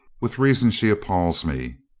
with reason she appals me.